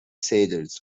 sailors